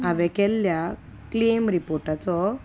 हांवें केल्ल्या क्लेम रिपोर्टाचो